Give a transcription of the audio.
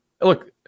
look